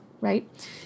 right